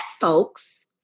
folks